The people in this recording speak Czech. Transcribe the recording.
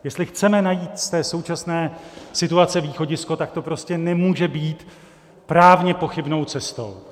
Jestli chceme najít z té současné situace východisko, tak to prostě nemůže být právně pochybnou cestou.